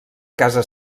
casa